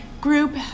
group